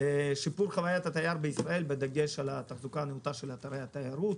שיפור חוויית התייר בישראל בדגש על תחזוקה נאותה של אתרי התיירות